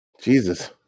Jesus